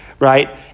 Right